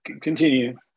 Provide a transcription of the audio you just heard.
continue